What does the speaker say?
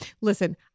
listen